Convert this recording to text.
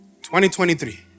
2023